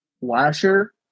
Lasher